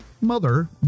mother